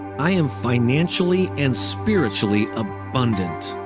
i am financially and spiritually abundant.